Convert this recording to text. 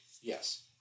yes